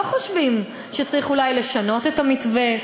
לא חושבים שצריך אולי לשנות את המתווה,